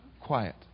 Quiet